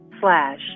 slash